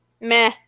Meh